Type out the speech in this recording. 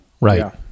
Right